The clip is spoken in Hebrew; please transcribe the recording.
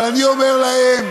אבל אני אומר להם,